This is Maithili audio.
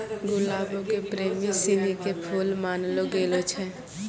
गुलाबो के प्रेमी सिनी के फुल मानलो गेलो छै